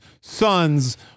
sons